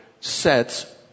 sets